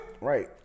Right